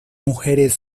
mujeres